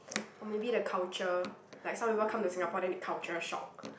or maybe the culture like some people come to Singapore then they culture shock